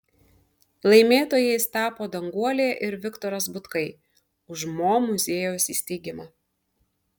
laimėtojais tapo danguolė ir viktoras butkai už mo muziejaus įsteigimą